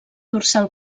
dorsal